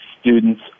student's